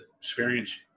experience